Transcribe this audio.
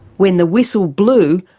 when the whistle blew,